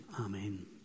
Amen